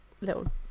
little